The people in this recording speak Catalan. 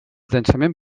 densament